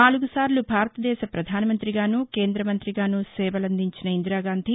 నాలుగు సార్లు భారతదేశ పధాన మంతిగానూ కేంద్రమంతిగానూ సేవలందించిన ఇందిరాగాంధీ